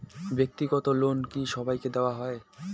ব্যাক্তিগত লোন কি সবাইকে দেওয়া হয়?